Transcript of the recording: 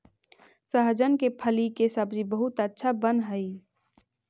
सहजन के फली के सब्जी बहुत अच्छा बनऽ हई